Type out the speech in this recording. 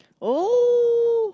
oh